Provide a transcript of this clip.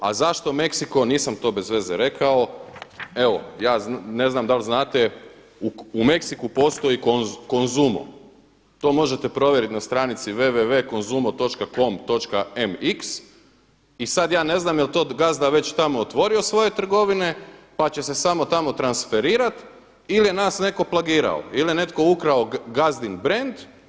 A zašto Meksiko, nisam to bez veze rekao, evo ja ne znam dali znate u Meksiku postoji Konzumo, to možete provjeriti na stranici wwwkonzumo.com.mx i sada ja ne znam jeli to gazda već tamo otvorio svoje trgovine pa će se samo tamo transferirati ili je nas neko plagirao ili je neko ukrao gazdin brend.